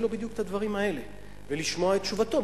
לו בדיוק את הדברים האלה ולשמוע את תשובתו,